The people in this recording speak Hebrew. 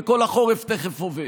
וכל החורף תכף עובר.